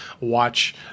watch